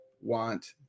want